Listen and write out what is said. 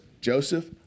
Joseph